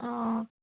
অঁ